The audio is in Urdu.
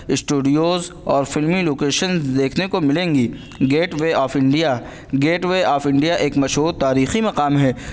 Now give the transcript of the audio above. اسٹوڈیوز اور فلمی لوکیشنز دیکھنے کو ملیں گی gateway of India gateway of India ایک مشہور تاریخی مقام ہے